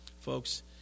Folks